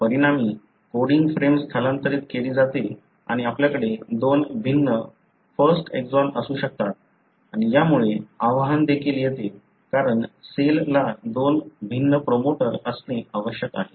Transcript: परिणामी coding frame स्थलांतरित केली जाते आणि आपल्याकडे दोन भिन्न फर्स्ट एक्सॉन असू शकतात आणि यामुळे आव्हान देखील येते कारण सेलला दोन भिन्न प्रमोटर असणे आवश्यक आहे